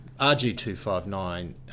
RG259